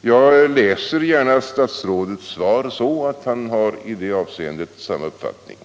Jag läser gärna statsrådets svar så att han i det avseendet har samma uppfattning.